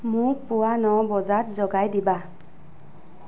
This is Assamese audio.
মোক পুৱা ন বজাত জগাই দিবা